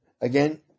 Again